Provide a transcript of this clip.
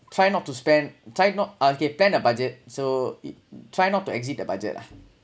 try not to spend try not uh okay plan a budget so it try not to exceed the budget lah